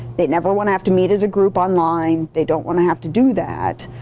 they never want to have to meet as a group online. they don't want to have to do that.